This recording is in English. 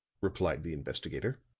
replied the investigator.